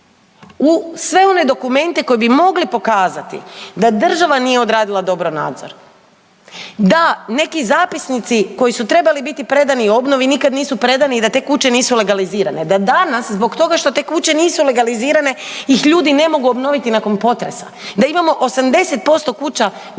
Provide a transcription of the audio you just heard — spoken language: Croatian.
u sve one dokumente koji bi mogli pokazati da država nije odradila dobro nadzor, da neki zapisnici koji su trebali biti predani obnovi nikad nisu predani i da te kuće nisu legalizirane. Da danas zbog toga što te kuće nisu legalizirane ih ljudi ne mogu obnoviti nakon potresa. Da imamo 80% kuća na